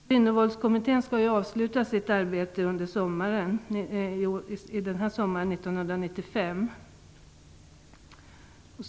Kvinnovåldskommittén skall ju avsluta sitt arbete under sommaren 1995.